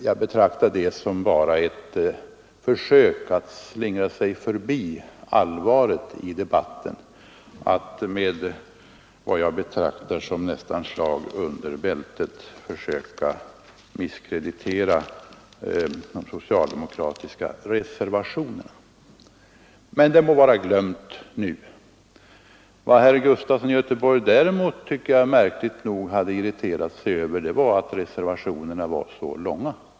Jag betraktar det som ett försök att slingra sig förbi allvaret i debatten att med vad jag nästan betraktar som slag under bältet försöka misskreditera de socialdemokratiska reservationerna. Men det må vara glömt nu. Vad herr Gustafson i Göteborg märkligt nog hade irriterat sig över var att reservationerna var så långa.